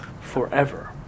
forever